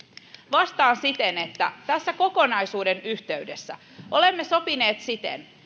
vastaan siten että tämän kokonaisuuden yhteydessä olemme sopineet siten